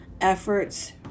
efforts